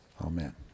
Amen